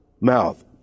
mouth